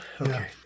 Okay